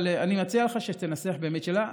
אבל אני מציע לך שתנסח באמת שאלה.